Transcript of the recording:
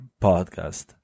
podcast